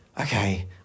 okay